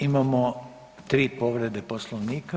Imamo 3 povrede Poslovnika.